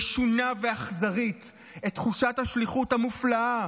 משונה ואכזרית את תחושת השליחות המופלאה